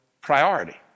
priority